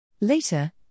Later